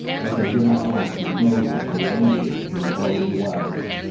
as they did not want to make moses any angrier than he already was.